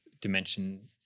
dimension